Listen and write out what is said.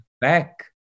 back